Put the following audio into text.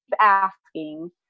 asking